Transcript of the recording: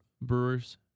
Brewers